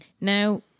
Now